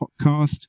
podcast